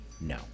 No